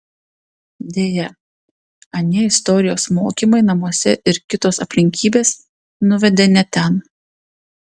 deja anie istorijos mokymai namuose ir kitos aplinkybės nuvedė ne ten